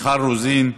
מיכל רוזין,